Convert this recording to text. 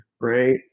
right